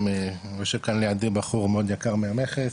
יושב לידי בחור מאוד יקר מהמכס,